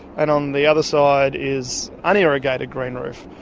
and on the other side is unirrigated green roof.